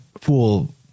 Fool